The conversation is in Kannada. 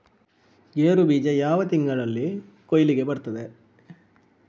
ಗೇರು ಬೀಜ ಯಾವ ತಿಂಗಳಲ್ಲಿ ಕೊಯ್ಲಿಗೆ ಬರ್ತದೆ?